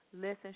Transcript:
Listen